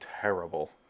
terrible